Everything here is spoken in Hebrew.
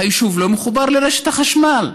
היישוב לא מחובר לרשת החשמל.